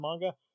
manga